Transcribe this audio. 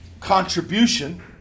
contribution